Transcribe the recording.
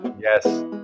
Yes